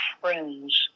friends